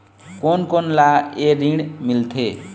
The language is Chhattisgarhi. कोन कोन ला ये ऋण मिलथे?